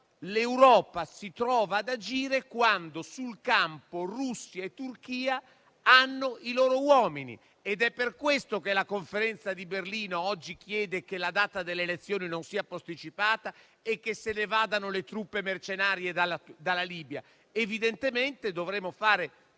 l'Europa si trova ad agire quando sul campo Russia e Turchia hanno i loro uomini ed è per questo che la Conferenza di Berlino oggi chiede che la data delle elezioni non sia posticipata e che se ne vadano le truppe mercenarie dalla Libia. Evidentemente, dovremo fare